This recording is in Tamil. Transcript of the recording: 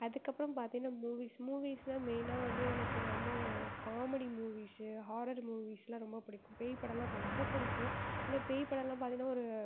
அதுக்கப்புறம் பார்த்திங்கன்னா மூவீஸ் மூவீஸ்னால் மெயினாக வந்து எனக்கு வந்து காமெடி மூவீஸு ஹாரர் மூவீஸெலாம் ரொம்ப பிடிக்கும் பேய் படமெலாம் ரொம்ப பிடிக்கும் ஏன்னால் பேய் படமெலாம் பார்த்தினா ஒரு